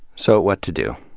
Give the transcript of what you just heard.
so, what to do.